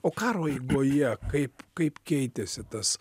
o karo eigoje kaip kaip keitėsi tas